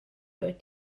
dwyt